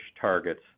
targets